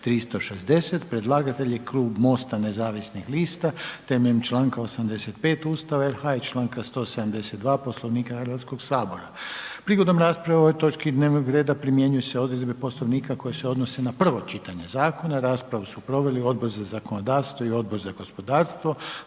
636; Predlagatelj Vlada RH temeljem članka 85. Ustava RH i članka 172. Poslovnika Hrvatskoga sabora. Prigodom rasprave o ovoj točci dnevnog reda primjenjuju se odredbe Poslovnika koje se odnose na prvo čitanje zakona. Raspravu su proveli Odbor za zakonodavstvo i Odbor za gospodarstvo.